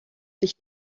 sich